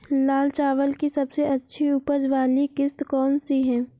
लाल चावल की सबसे अच्छी उपज वाली किश्त कौन सी है?